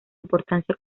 importancia